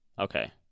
Okay